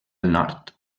nord